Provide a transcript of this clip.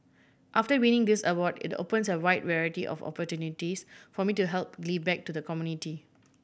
after winning this award it opens a wide variety of opportunities for me to help give back to the community